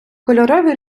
кольорові